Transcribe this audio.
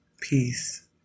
peace